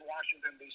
Washington